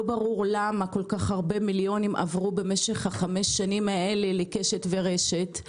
לא ברור למה כל כך הרבה מיליונים עברו במשך חמש השנים האלה לקשת ולרשת.